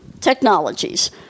technologies